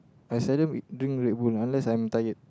I seldom eat drink Red-Bull unless I'm tired